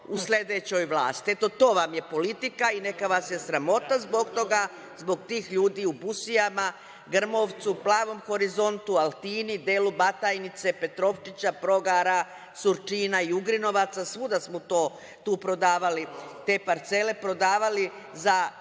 u sledećoj vlasti. Eto, to vam je politika i neka vas je sramota zbog toga, zbog tih ljudi u Busijama, Grmovcu, Plavom Horizontu, Altini, delu Batajnice, Petrovčića, Progara, Surčina i Ugrinovaca, svuda smo tu prodavali te parcele, prodavali za